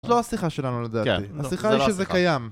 זאת לא השיחה שלנו לדעתי, השיחה היא שזה קיים